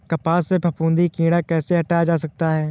कपास से फफूंदी कीड़ा कैसे हटाया जा सकता है?